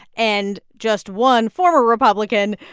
and just one former republican,